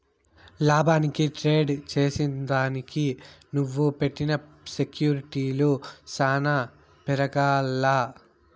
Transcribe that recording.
లాభానికి ట్రేడ్ చేసిదానికి నువ్వు పెట్టిన సెక్యూర్టీలు సాన పెరగాల్ల